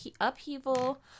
upheaval